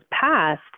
passed